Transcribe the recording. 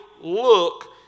look